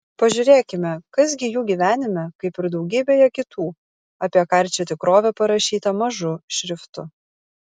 pažiūrėkime kas gi jų gyvenime kaip ir daugybėje kitų apie karčią tikrovę parašyta mažu šriftu